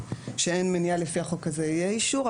ואין מניעה לפי החוק הזה שיהיה אישור,